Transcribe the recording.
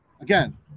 again